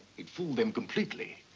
it fooled them completely.